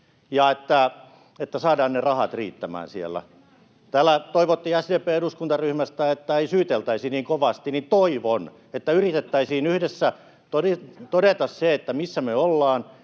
ja että saadaan ne rahat riittämään siellä. Kun täällä toivottiin SDP:n eduskuntaryhmästä, että ei syyteltäisi niin kovasti, niin toivon, että yritettäisiin yhdessä todeta, missä me ollaan,